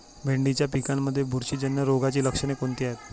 भेंडीच्या पिकांमध्ये बुरशीजन्य रोगाची लक्षणे कोणती आहेत?